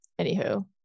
anywho